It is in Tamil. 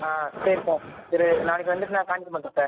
ஆ சரி சார் சரி நாளைக்கு வந்துட்டு நான் காண்டாக்ட் பண்ணுறேன் சார்